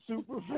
Super